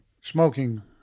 smoking